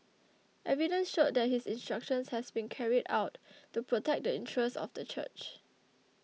evidence showed that his instructions had been carried out to protect the interests of the church